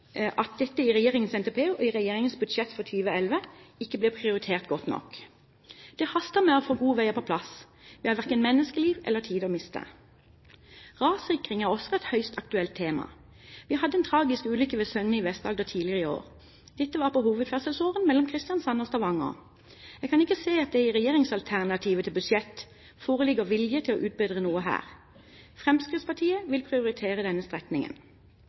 at dette i regjeringens NTP og i regjeringens budsjett for 2011 ikke blir prioritert godt nok. Det haster med å få gode veier på plass. Vi har verken menneskeliv eller tid å miste. Rassikring er også et høyst aktuelt tema. Vi hadde en tragisk ulykke ved Søgne i Vest-Agder tidligere i år, på hovedferdselsåren mellom Kristiansand og Stavanger. Jeg kan ikke se at det i regjeringsalternativet til budsjett foreligger vilje til å utbedre noe her. Fremskrittspartiet vil prioritere denne strekningen.